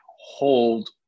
hold